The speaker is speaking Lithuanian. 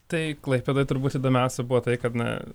tai klaipėdoje turbūt įdomiausia buvo tai kad na